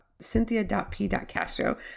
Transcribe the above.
cynthia.p.castro